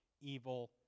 evil